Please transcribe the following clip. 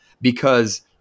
because-